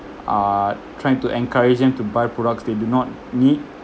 are trying to encourage them to buy products they do not need